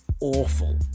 Awful